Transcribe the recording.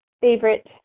favorite